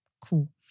cool